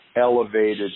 elevated